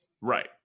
Right